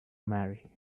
marry